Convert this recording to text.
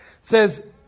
says